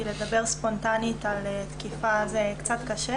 כי לדבר ספונטנית על תקיפה זה קצת קשה,